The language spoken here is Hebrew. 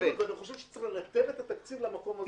ואני חושב שצריך לנתב את התקציב למקום הזה,